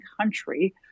Country